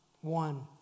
One